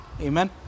Amen